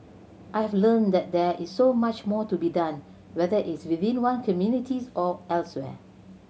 I've learnt that there is so much more to be done whether is within one communities or elsewhere